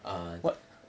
err